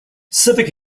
civic